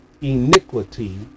iniquity